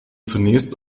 zunächst